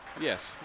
Yes